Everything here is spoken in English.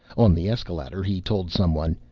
on the escaladder he told someone,